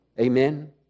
Amen